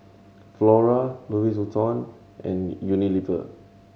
Flora Louis Vuitton and Unilever